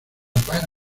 para